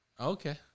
Okay